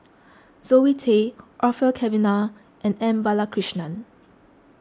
Zoe Tay Orfeur Cavenagh and M Balakrishnan